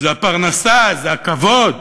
זו הפרנסה, זה הכבוד,